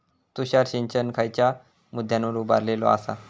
तुषार सिंचन खयच्या मुद्द्यांवर उभारलेलो आसा?